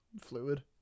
Fluid